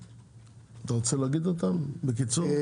אתה רוצה להגיד אותם בקיצור?